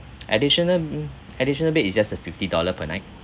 additional b~ additional bed is just uh fifty dollar per night